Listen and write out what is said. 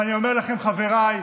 ואני אומר לכם, חבריי,